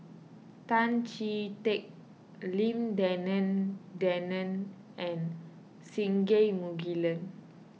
Tan Chee Teck Lim Denan Denon and Singai Mukilan